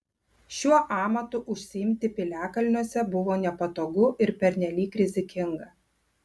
šiuo amatu užsiimti piliakalniuose buvo nepatogu ir pernelyg rizikinga